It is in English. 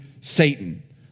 Satan